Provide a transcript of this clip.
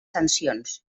sancions